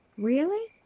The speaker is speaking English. really?